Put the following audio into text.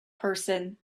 person